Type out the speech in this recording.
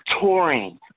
touring